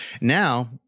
now